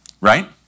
right